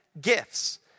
gifts